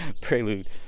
prelude